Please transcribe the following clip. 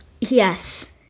Yes